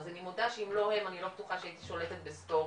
אז אני מודה שאם לא הם לא הייתי שולטת בסטורי,